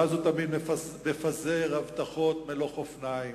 ואז הוא תמיד מפזר הבטחות מלוא חופניים,